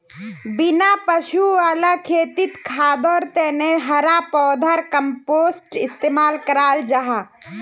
बिना पशु वाला खेतित खादर तने हरा पौधार कम्पोस्ट इस्तेमाल कराल जाहा